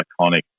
iconic